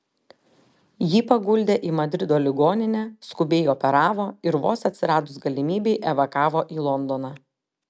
jį paguldė į madrido ligoninę skubiai operavo ir vos atsiradus galimybei evakavo į londoną